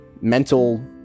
mental